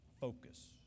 focus